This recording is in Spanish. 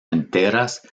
enteras